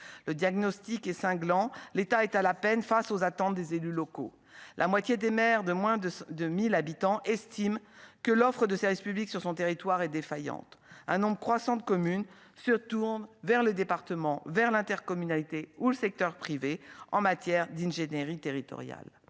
le diagnostic est cinglant : l'État est à la peine face aux attentes des élus locaux, la moitié des mères de moins de deux mille habitants estime que l'offre de service public sur son territoire est défaillante, un nombre croissant de communes se tourne vers les départements vers l'intercommunalité ou le secteur privé en matière d'ingénierie territoriale